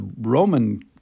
Roman